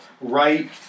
right